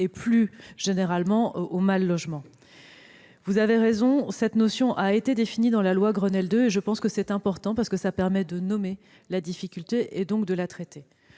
et, plus généralement, au mal-logement. Vous avez raison, cette notion a été définie dans la loi Grenelle II. C'est important, parce que cela permet de nommer la difficulté et, donc, de la traiter.